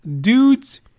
dudes